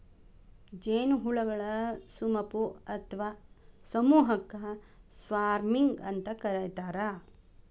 ಜೇನುಹುಳಗಳ ಸುಮಪು ಅತ್ವಾ ಸಮೂಹಕ್ಕ ಸ್ವಾರ್ಮಿಂಗ್ ಅಂತ ಕರೇತಾರ